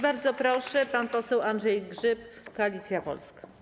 Bardzo proszę, pan poseł Andrzej Grzyb, Koalicja Polska.